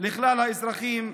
לכלל האזרחים.